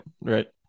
right